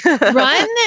run